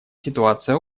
ситуация